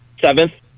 seventh